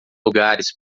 lugares